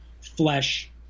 flesh